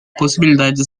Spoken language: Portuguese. possibilidade